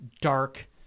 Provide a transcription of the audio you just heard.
dark